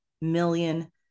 million